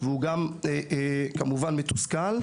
ואז כמובן החייל מתוסכל.